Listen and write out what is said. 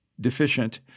deficient